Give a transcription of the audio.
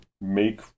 make